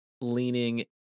leaning